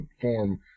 form